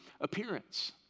appearance